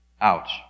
Ouch